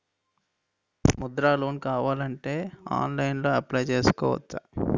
Mudra loan కావాలి అంటే ఆన్లైన్లో అప్లయ్ చేసుకోవచ్చా?